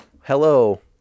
Hello